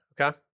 Okay